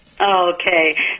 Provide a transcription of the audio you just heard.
Okay